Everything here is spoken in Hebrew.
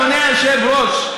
אדוני היושב-ראש.